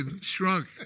shrunk